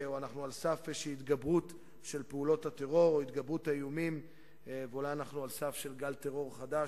שלושה מטעני-דמה לקניונים באזור חיפה מייד אחרי